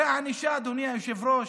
הרי הענישה, אדוני היושב-ראש,